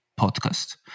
podcast